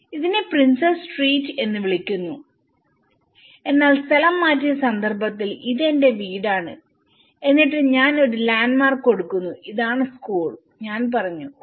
ഇതിനെ princess street എന്ന് വിളിക്കുന്നു എന്നാൽ സ്ഥലം മാറ്റിയ സന്ദർഭത്തിൽ ഇത് എന്റെ വീടാണ് എന്നിട്ട് ഞാൻ ഒരു ലാൻഡ്മാർക്ക് കൊടുക്കുന്നു ഇതാണ് സ്കൂൾഞാൻ പറഞ്ഞു ഓ